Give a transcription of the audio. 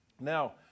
Now